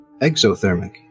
Exothermic